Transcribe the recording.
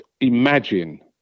imagine